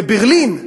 בברלין,